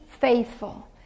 faithful